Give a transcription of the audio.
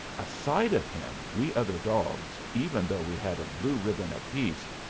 aside of him we other dogs, even though we had a blue ribbon apiece,